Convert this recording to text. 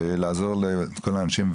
ולעזור לכל האנשים.